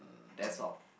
that's all